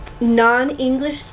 non-English